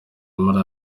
muri